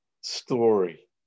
story